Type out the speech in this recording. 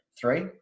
Three